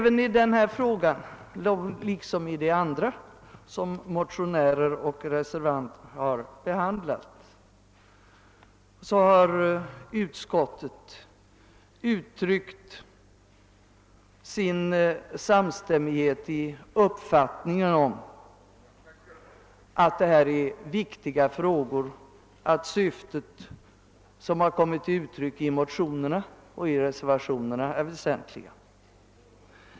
Men i denna fråga, liksom i de andra frågor som motionärer och reservanter har behandlat, har utskottsmajoriteten uttryckt sin samstämmighet i uppfattningen om att det är viktiga frågor och att de syften som har kommit till uttryck i motionerna och reservationerna är väsentliga.